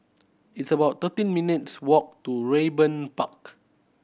it's about thirteen minutes' walk to Raeburn Park